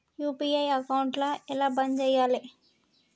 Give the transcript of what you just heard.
UPI account ఎలా బంద్ చేయాలి?